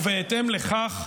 ובהתאם לכך,